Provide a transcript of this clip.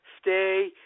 stay